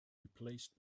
replaced